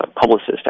publicist